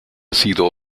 sido